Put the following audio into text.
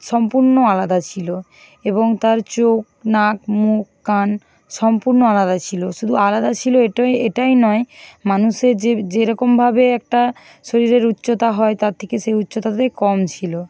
সম্পূর্ণ আলাদা ছিল এবং তার চোখ নাক মুখ কান সম্পূর্ণ আলাদা ছিল শুধু আলাদা ছিল এটাই নয় মানুষের যে যেরকমভাবে একটা শরীরের উচ্চতা হয় তা থেকে সে উচ্চতাতে কম ছিল